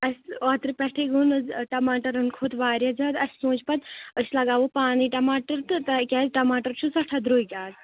اَسہِ اوترٕ پیٹھی وون حظ ٹماٹرن کھوٚت واریاہ زیادٕ اَسہِ سوٗنچ پَتہٕ أسۍ لگاوو پانے ٹماٹر تہٕ کیاز ٹماٹر چھِ سٮ۪ٹھاہ درٛوگۍ آز